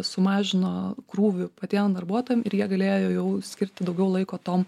sumažino krūvį patiem darbuotojam ir jie galėjo jau skirti daugiau laiko tom